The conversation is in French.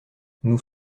nous